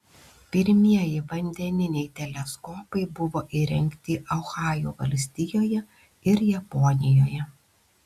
pirmieji vandeniniai teleskopai buvo įrengti ohajo valstijoje ir japonijoje